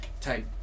type